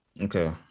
okay